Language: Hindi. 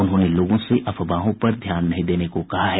उन्होंने लोगों से अफवाहों पर ध्यान नहीं देने को कहा है